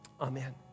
Amen